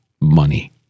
money